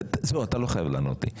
אתה לא חייב לענות לי.